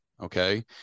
Okay